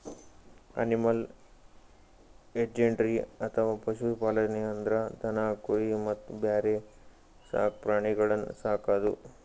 animal husbandry ಅಥವಾ ಪಶು ಪಾಲನೆ ಅಂದ್ರ ದನ ಕುರಿ ಮತ್ತ್ ಬ್ಯಾರೆ ಸಾಕ್ ಪ್ರಾಣಿಗಳನ್ನ್ ಸಾಕದು